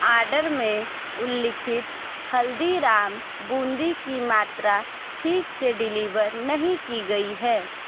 order में उल्लिखित हल्दीराम बूंदी की मात्रा ठीक से डिलीवर नहीं की गई है